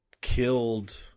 killed